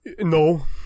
No